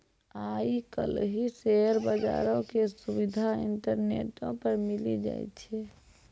आइ काल्हि शेयर बजारो के सुविधा इंटरनेटो पे मिली जाय छै